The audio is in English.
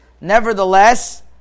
nevertheless